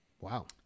Wow